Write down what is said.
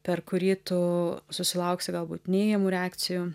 per kurį tu susilauksi galbūt neigiamų reakcijų